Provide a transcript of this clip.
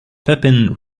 pepin